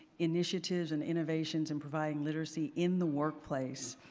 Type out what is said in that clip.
initiatives and innovations in providing literacy in the workplace,